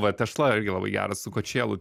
va tešla irgi labai geras su kočėlu